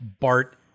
Bart